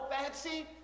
fancy